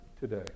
today